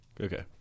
Okay